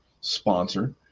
sponsor